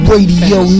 Radio